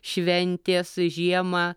šventės žiemą